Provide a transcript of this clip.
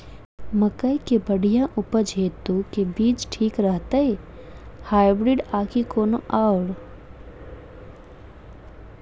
मकई केँ बढ़िया उपज हेतु केँ बीज ठीक रहतै, हाइब्रिड आ की कोनो आओर?